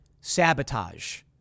Sabotage